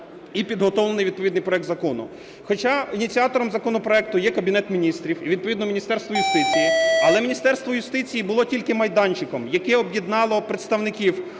і підготовлений відповідний проект закону. Хоча ініціатором законопроекту є Кабінет Міністрів і відповідно Міністерство юстиції, але Міністерство юстиції було тільки майданчиком, який об'єднав представників